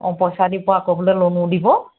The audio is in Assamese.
অ পইচা দিব আকৌ বোলে লোনো দিব